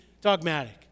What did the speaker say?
dogmatic